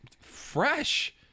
Fresh